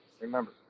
Remember